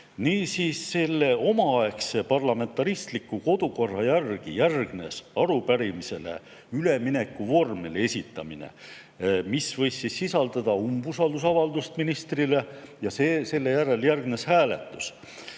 Niisiis, selle omaaegse parlamentaristliku kodukorra järgi järgnes arupärimisele üleminekuvormeli esitamine, mis võis sisaldada umbusaldusavaldust ministrile, ja sellele järgnes hääletus.